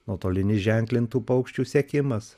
nuotoliniai ženklintų paukščių sekimas